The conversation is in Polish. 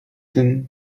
ten